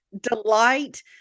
delight